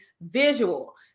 visual